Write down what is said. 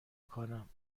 کنم